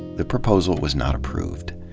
the proposal was not approved.